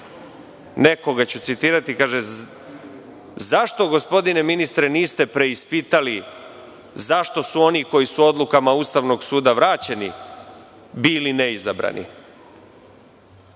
Nekoga ću citirati, kaže – zašto gospodine ministre niste preispitali zašto su oni koji su odlukama Ustavnog suda vraćeni bili neizabrani? Ponoviću